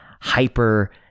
hyper